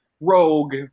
Rogue